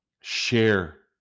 Share